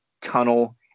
tunnel